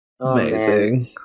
Amazing